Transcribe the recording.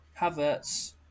Havertz